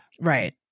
Right